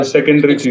secondary